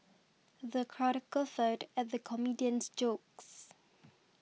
the crowd guffawed at the comedian's jokes